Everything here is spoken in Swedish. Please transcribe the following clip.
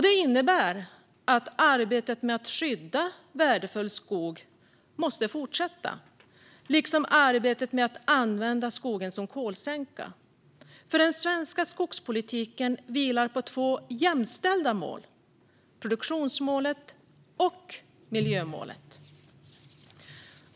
Det innebär att arbetet med att skydda värdefull skog måste fortsätta liksom arbetet med att använda skogen som kolsänka. Den svenska skogspolitiken vilar på två jämställda mål: produktionsmålet och miljömålet.